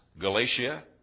Galatia